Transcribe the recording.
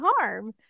harm